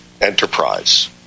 enterprise